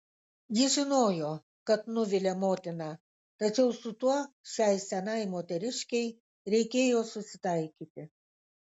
ji žinojo kad nuvilia motiną tačiau su tuo šiai senai moteriškei reikėjo susitaikyti